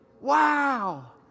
Wow